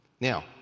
Now